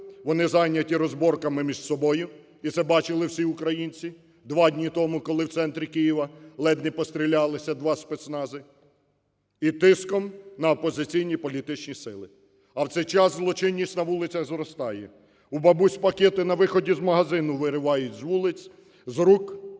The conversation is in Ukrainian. вони зайняті розборками між собою, і це бачили всі українці два дні тому, коли в центрі Києва ледь не пострілялися два спецнази, і тиском на опозиційні політичні сили. А в цей час злочинність на вулицях зростає. У бабусь пакети на виході з магазину виривають, з вулиць… з рук,